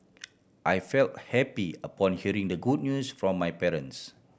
I felt happy upon hearing the good news from my parents